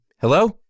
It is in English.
hello